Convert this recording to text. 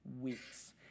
weeks